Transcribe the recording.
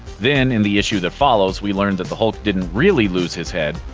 then, in the issue that follows we learn that the hulk didn't really lose his head.